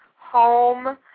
home